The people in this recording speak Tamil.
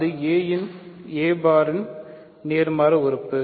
அது a பார் யின் நேர்மாறு உறுப்பு